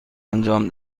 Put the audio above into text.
انجام